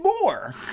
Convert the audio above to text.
more